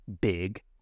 big